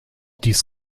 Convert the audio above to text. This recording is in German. dies